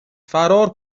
فرار